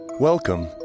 Welcome